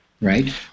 Right